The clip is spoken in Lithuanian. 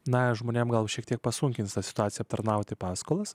na žmonėms gal šiek tiek pasunkins situaciją aptarnauti paskolas